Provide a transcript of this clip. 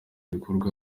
bikorwa